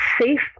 safe